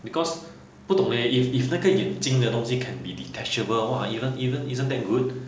because 不懂 leh if if 那个眼镜的东西 can be detachable 的话 isn't isn't isn't that good